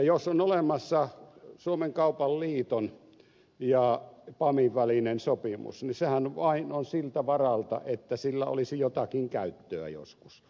jos on olemassa suomen kaupan liiton ja pamin välinen sopimus niin sehän vain on siltä varalta että sillä olisi jotakin käyttöä joskus